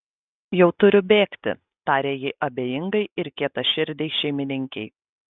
jau turiu bėgti tarė ji abejingai ir kietaširdei šeimininkei